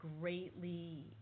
greatly